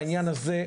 בעניין הזה,